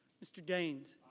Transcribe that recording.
mr. daines.